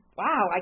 wow